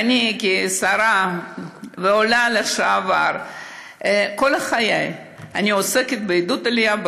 ואני כשרה ועולה לשעבר כל חיי עוסקת בעידוד עלייה,